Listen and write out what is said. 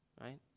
right